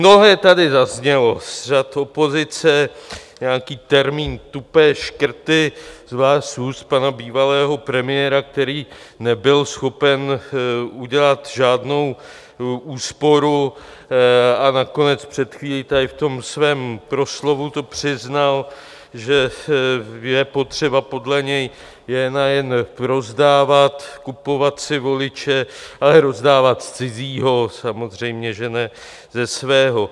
Mnohé tady zaznělo z řad opozice, nějaký termín tupé škrty, zvlášť z úst bývalého pana premiéra, který nebyl schopen udělat žádnou úsporu, a nakonec před chvílí v tom svém proslovu to přiznal, že je potřeba podle něj nejen rozdávat, kupovat si voliče, ale rozdávat z cizího, samozřejmě že ne ze svého.